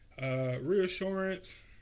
Reassurance